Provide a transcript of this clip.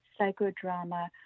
psychodrama